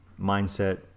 mindset